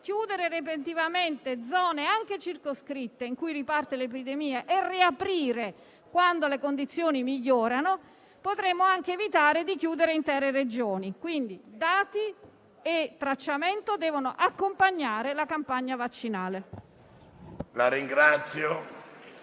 chiudere repentinamente zone anche circoscritte in cui riparte l'epidemia e di riaprire quando le condizioni migliorano, potremmo anche evitare di chiudere intere Regioni. Dati aggiornati e tracciamento devono quindi accompagnare la campagna vaccinale.